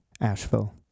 Asheville